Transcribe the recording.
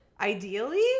Ideally